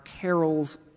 carols